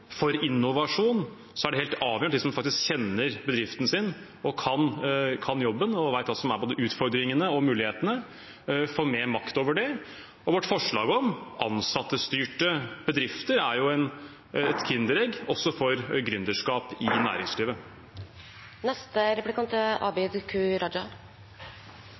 for innovasjon, er det helt avgjørende at de som faktisk kjenner bedriften sin, som kan jobben og vet hva som er både utfordringene og mulighetene, får mer makt. Og vårt forslag om ansattstyrte bedrifter er et kinderegg også for gründerskap i